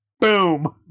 boom